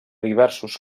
diversos